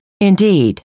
indeed